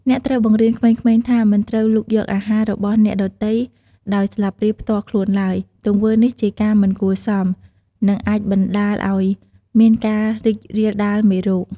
អ្នកត្រូវបង្រៀនក្មេងៗថា មិនត្រូវលូកយកអាហាររបស់អ្នកដទៃដោយស្លាបព្រាផ្ទាល់ខ្លួនឡើយ ទង្វើនេះជាការមិនគួរសម និងអាចបណ្តាលឲ្យមានការរីករាលដាលមេរោគ។